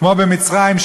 כמו במצרים,